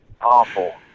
Awful